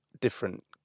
different